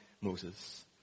Moses